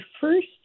first